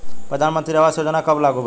प्रधानमंत्री आवास योजना कब लागू भइल?